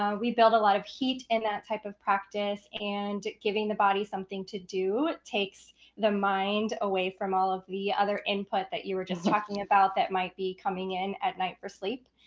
um we build a lot of heat in that type of practice. and giving the body something to do takes the mind away from all of the other input that you were just talking about that might be coming in at night for sleep.